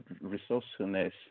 resourcefulness